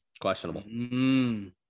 Questionable